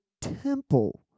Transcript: temple